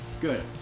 Good